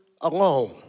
alone